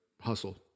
hustle